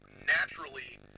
naturally